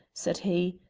said he.